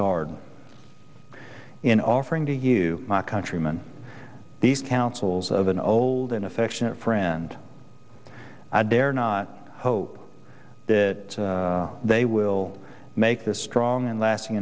discard in offering to you my countryman these councils of an old and affectionate friend i dare not hope that they will make the strong and lasting